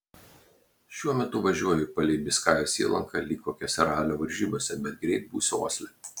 šiuo metu važiuoju palei biskajos įlanką lyg kokiose ralio varžybose bet greit būsiu osle